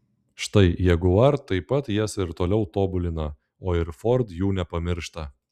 štai jaguar taip pat jas ir toliau tobulina o ir ford jų nepamiršta